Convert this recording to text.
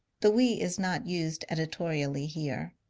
the we is not used editorially here.